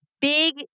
big